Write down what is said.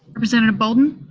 representative bolden?